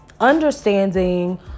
understanding